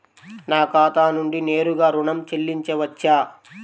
నా ఖాతా నుండి నేరుగా ఋణం చెల్లించవచ్చా?